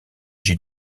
jets